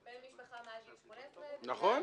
בן משפחה מעל גיל 18 --- נכון.